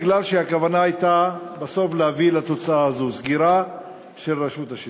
מפני שהכוונה הייתה להביא בסוף לתוצאה הזו: סגירה של רשות השידור.